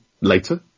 later